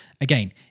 Again